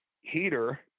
heater